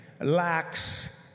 lacks